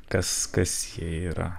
kas kas jie yra